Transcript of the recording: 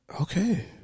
Okay